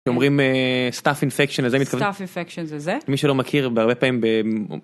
כשאומרים staff infection, לזה מתכוונ..? staff infection זה זה, מי שלא מכיר, בהרבה פעמים...